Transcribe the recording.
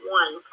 one